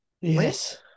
Yes